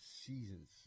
seasons